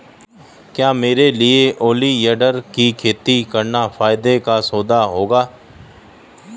क्या मेरे लिए ओलियंडर की खेती करना फायदे का सौदा होगा?